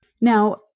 Now